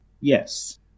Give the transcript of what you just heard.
Yes